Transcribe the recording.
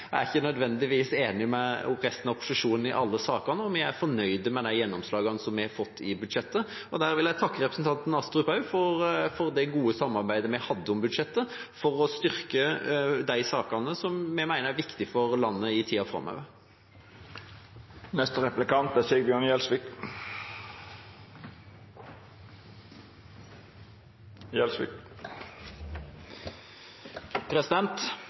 ikke nødvendigvis er enig med resten av opposisjonen i alle saker, og vi er fornøyd med de gjennomslagene som vi har fått i budsjettet. Jeg vil også takke representanten Astrup for det gode samarbeidet vi hadde om budsjettet for å styrke de sakene vi mener er viktige for landet i tida